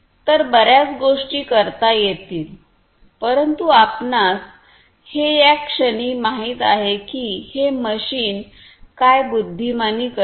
तर बर्याच गोष्टी करता येतील परंतु आपणास हे या क्षणी माहित आहे की हे मशीन काय बुद्धिमानी करते